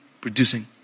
producing